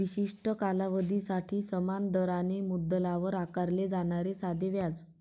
विशिष्ट कालावधीसाठी समान दराने मुद्दलावर आकारले जाणारे साधे व्याज